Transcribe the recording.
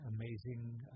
Amazing